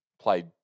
played